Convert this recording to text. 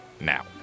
now